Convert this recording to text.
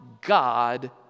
God